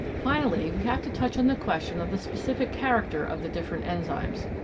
finally we have to touch on the question of the specific character of the different enzymes.